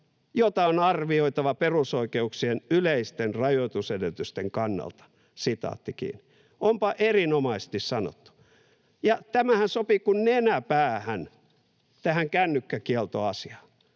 jota on arvioitava perusoikeuksien yleisten rajoitusedellytysten kannalta.” Onpa erinomaisesti sanottu. Ja tämähän sopii kuin nenä päähän tähän kännykkäkieltoasiaan,